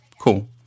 cool